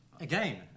again